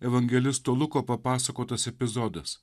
evangelisto luko papasakotas epizodas